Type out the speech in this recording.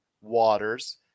waters